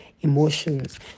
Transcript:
emotions